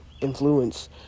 influence